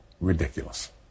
Ridiculous